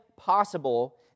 Possible